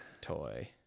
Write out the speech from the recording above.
Toy